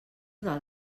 del